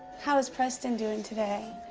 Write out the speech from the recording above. how is preston doing today?